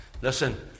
Listen